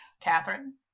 Catherine